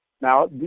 Now